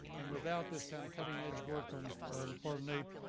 and without this kind of cutting edge work on the part of naep,